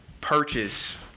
purchase